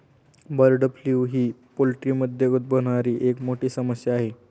bird flu ही पोल्ट्रीमध्ये उद्भवणारी एक मोठी समस्या आहे